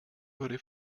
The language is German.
würde